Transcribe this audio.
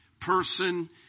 person